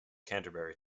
canterbury